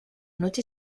noche